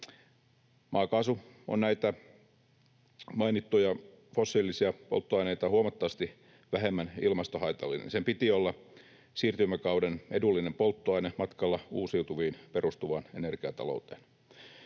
Maakaasu on näitä mainittuja fossiilisia polttoaineita huomattavasti vähemmän ilmastohaitallinen. Sen piti olla siirtymäkauden edullinen polttoaine matkalla uusiutuviin perustuvaan energiatalouteen.